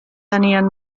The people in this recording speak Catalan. tenien